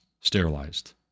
sterilized